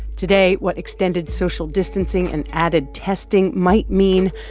today, what extended social distancing and added testing might mean.